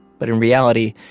but in reality,